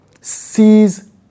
sees